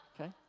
Okay